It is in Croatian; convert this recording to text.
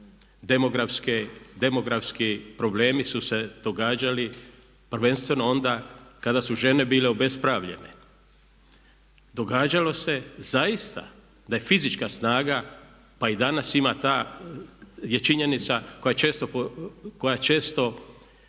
Demografski problemi su se događali prvenstveno onda kada su žene bile obespravljene. Događalo se zaista da je fizička snaga, pa i danas ima ta, je činjenica koja često